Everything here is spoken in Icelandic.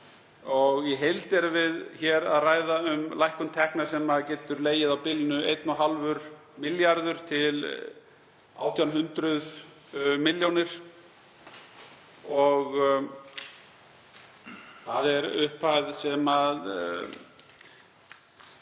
Í heild erum við hér að ræða um lækkun tekna sem getur legið á bilinu 1,5 milljarðar til 1.800 milljónir. Það er upphæð sem er